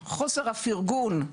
חוסר הפרגון,